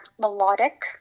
melodic